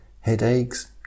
headaches